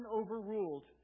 overruled